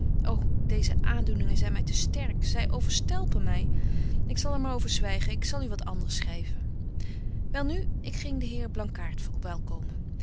ô deeze aandoeningen zyn my te sterk zy overstelpen my ik zal er maar van zwygen ik zal u wat anders schryven wel nu ik ging den heer blankaart verwelkomen